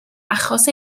achos